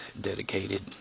dedicated